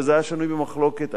וזה היה שנוי במחלוקת,